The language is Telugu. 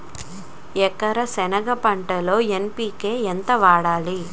ఎకర సెనగ పంటలో ఎన్.పి.కె ఎంత వేయాలి?